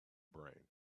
brain